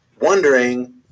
wondering